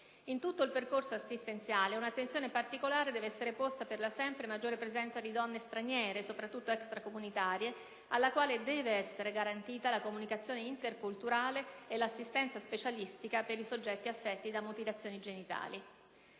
In tutto il percorso assistenziale un'attenzione particolare deve essere posta alla sempre maggiore presenza di donne straniere, soprattutto extracomunitarie, alle quali deve essere garantita la comunicazione interculturale e l'assistenza specialistica per i soggetti affetti da mutilazioni genitali.